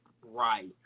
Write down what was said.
Right